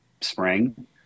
spring